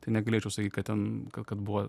tai negalėčiau sakyt kad ten kad buvo